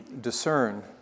discern